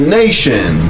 nation